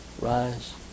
Rise